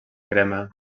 crema